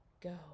go